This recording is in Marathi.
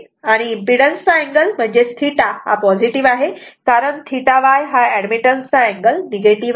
आणि इम्पीडन्स चा अँगल म्हणजेच θ पॉझिटीव्ह आहे कारण इथे θY हा एडमिटन्स चा अँगल निगेटिव्ह आहे